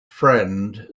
friend